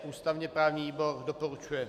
Ústavněprávní výbor doporučuje.